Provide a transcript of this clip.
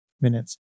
minutes